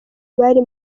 bari